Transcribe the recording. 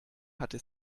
hatte